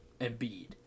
Embiid